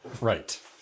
Right